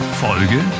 Folge